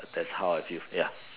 that's how I feel ya